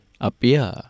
appear